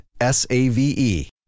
S-A-V-E